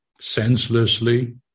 senselessly